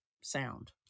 sound